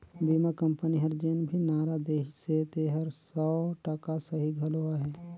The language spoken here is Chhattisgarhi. बीमा कंपनी हर जेन भी नारा देहिसे तेहर सौ टका सही घलो अहे